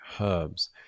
herbs